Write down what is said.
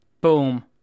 Boom